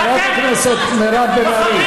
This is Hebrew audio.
חברת הכנסת מירב בן ארי.